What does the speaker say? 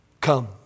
Come